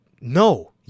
no